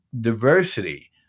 diversity